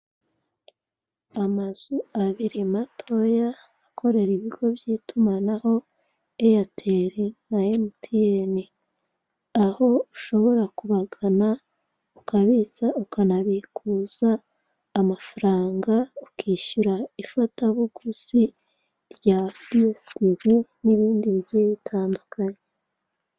Amazu abiri matoya akorera ibigo by'itumanaho Eyateri na Mtn. Aho ushobora kubagana ukabitsa, ukanabikuza amafaranga ukishyura ifatabuguzi rya DSTV n'ibindi bigiye bitandukanye.